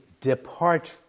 depart